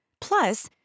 Plus